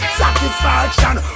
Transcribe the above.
satisfaction